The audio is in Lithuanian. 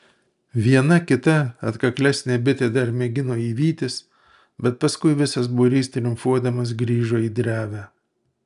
viena kita atkaklesnė bitė dar mėgino jį vytis bet paskui visas būrys triumfuodamas grįžo į drevę